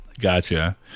gotcha